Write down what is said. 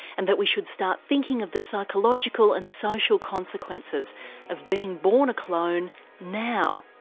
and that we should start thinking of the psychological and social consequences of being born a clone now.